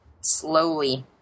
slowly